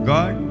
God